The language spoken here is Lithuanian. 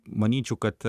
manyčiau kad